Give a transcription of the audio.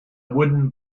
wooden